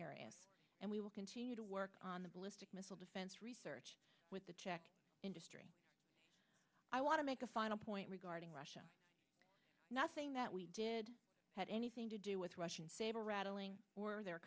areas and we will continue to work on the ballistic missile defense research with the czech industry i want to make a final point regarding russia nothing that we did had anything to do with russian saber rattling or their